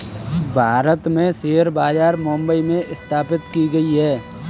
भारत में शेयर बाजार मुम्बई में स्थापित की गयी है